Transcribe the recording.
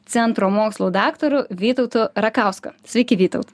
centro mokslų daktaru vytautu rakausku sveiki vytaut